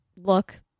look